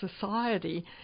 society